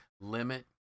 limit